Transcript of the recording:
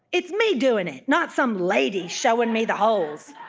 it's me doin' it, not some lady showin' me the holes